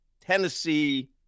Tennessee